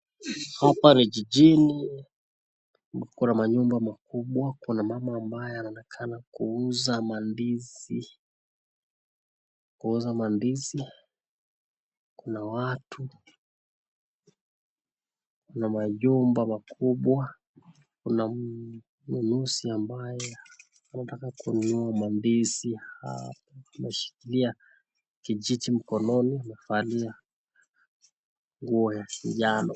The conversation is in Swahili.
Hapa ni jijini kuna na manyumba makubwa kuna mama ambaye anaonekana kuuza mandizi, kuuza mandizi. Kuna watu, kuna majumba makubwa kuna muuguzi ambaye anataka kununua mandizi hapo. Ameshikilia kijiti mkononi amevalia nguo ya kinjano.